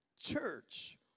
Church